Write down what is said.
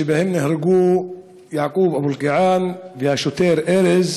שבהם נהרגו יעקוב אבו אלקיעאן והשוטר ארז,